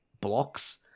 blocks